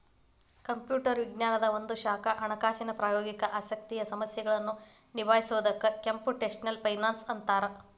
computer ವಿಜ್ಞಾನದ್ ಒಂದ ಶಾಖಾ ಹಣಕಾಸಿನ್ ಪ್ರಾಯೋಗಿಕ ಆಸಕ್ತಿಯ ಸಮಸ್ಯೆಗಳನ್ನ ನಿಭಾಯಿಸೊದಕ್ಕ ಕ್ಂಪುಟೆಷ್ನಲ್ ಫೈನಾನ್ಸ್ ಅಂತ್ತಾರ